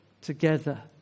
together